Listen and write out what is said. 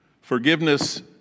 Forgiveness